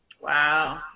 Wow